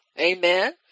amen